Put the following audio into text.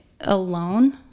alone